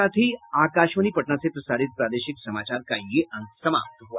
इसके साथ ही आकाशवाणी पटना से प्रसारित प्रादेशिक समाचार का ये अंक समाप्त हुआ